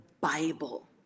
Bible